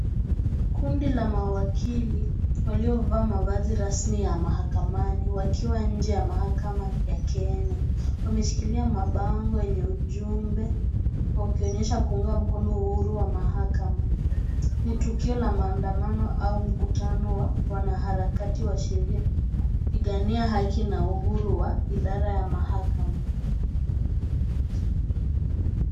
Kundi la mawakili waliovaa mavazi rasmi ya mahakamani wakiwa nje ya mahakama ya kenya wameshikilia mabango yenye ujumbe wakionyesha kuunga mkono uhuru wa mahakama. Ni tukio la maandamano au mkutano wa wanaharakati wa sheria kupigania haki na uhuru wa idara ya mahakama.